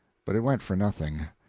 but it went for nothing.